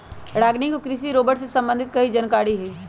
रागिनी को कृषि रोबोट से संबंधित कोई जानकारी नहीं है